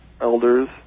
elders